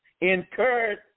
incurred